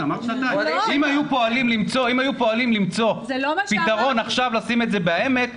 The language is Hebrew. אם היו פועלים למצוא פתרון עכשיו לשים את זה בהעמק,